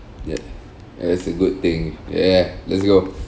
ya that's a good thing yeah let's go